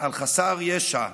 על חסר ישע,